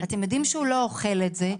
אתם יודעים שהוא לא אוכל את זה,